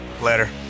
Later